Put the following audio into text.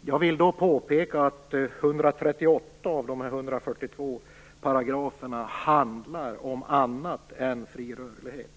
Jag vill påpeka att 138 av de 142 paragraferna handlar om annat än fri rörlighet.